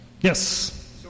Yes